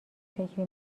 فکری